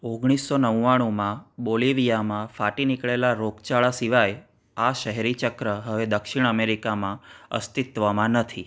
ઓગણીસો નવાણુંમાં બોલિવિયામાં ફાટી નીકળેલા રોગચાળા સિવાય આ શહેરી ચક્ર હવે દક્ષિણ અમેરિકામાં અસ્તિત્વમાં નથી